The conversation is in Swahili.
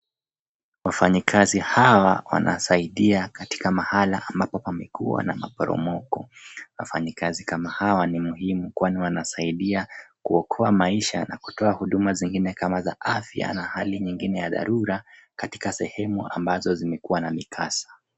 Wafanyikazi hawa wanasaidia katika mahala ambapo pamekua na maporomoko. Wafanyikazi kama hawa ni muhimu kwani wanasaidia kuokoa maisha na kutoa huduma zingine kama za afya na hali nyingine ya dharura katika sehemu ambazo zimekua na mikasa.